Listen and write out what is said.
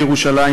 בירושלים,